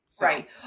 Right